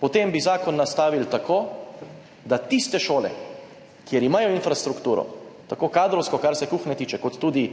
potem bi zakon nastavili tako, da tiste šole, kjer imajo infrastrukturo, tako kadrovsko, kar se kuhinje tiče, kot tudi